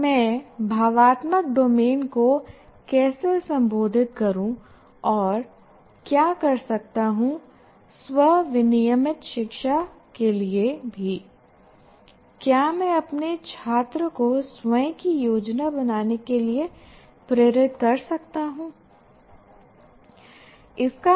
और मैं भावात्मक डोमेन को कैसे संबोधित करूं और क्या कर सकता हूं स्व विनियमित शिक्षा के लिए भी क्या मैं अपने छात्र को स्वयं की योजना बनाने के लिए प्रेरित कर सकता हूँ